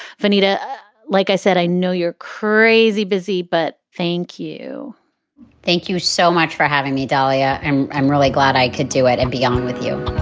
vernita. like i said, i know you're crazy busy, but thank you thank you so much for having me, dalia. and i'm really glad i could do it. and beyond with you